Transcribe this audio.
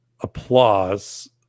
applause